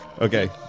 Okay